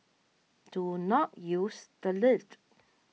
do not use the lift